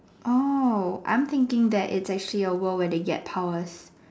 oh I'm thinking that it's actually a world where they get powers